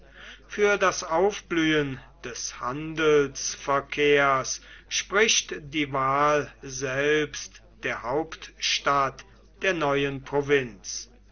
für das aufblühen des handelsverkehrs spricht die wahl selbst der hauptstadt der neuen provinz